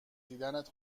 دیدنت